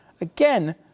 Again